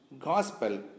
gospel